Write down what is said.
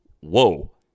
whoa